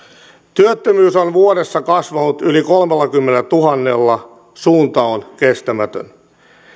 työttömyys on vuodessa kasvanut yli kolmellakymmenellätuhannella suunta on kestämätön